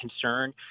concern